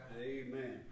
Amen